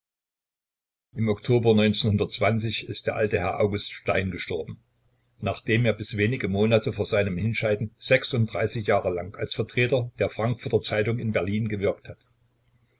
im oktober ist der alte herr august stein gestorben nachdem er bis wenige monate vor seinem hinscheiden jahre lang als vertreter der frankfurter zeitung in berlin gewirkt hat